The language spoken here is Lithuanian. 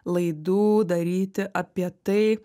laidų daryti apie tai